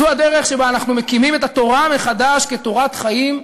זו הדרך שבה אנחנו מקימים את התורה מחדש כתורת חיים,